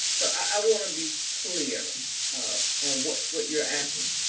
so i wanna be clear on what what you're asking.